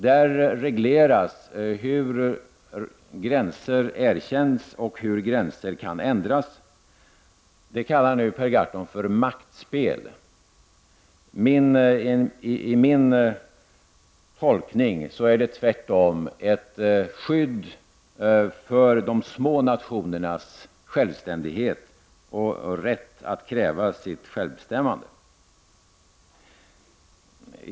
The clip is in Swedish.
Där regleras hur gränser erkänns och hur gränser kan ändras. Det kallar Per Gahrton för maktspel. I min tolkning är det tvärtom ett skydd för de små nationernas självständighet och rätt att kräva sitt självbestämmande.